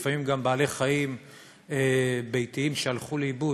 לפעמים גם בעלי חיים ביתיים שהלכו לאיבוד,